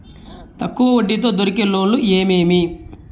తక్కువ వడ్డీ తో దొరికే లోన్లు ఏమేమి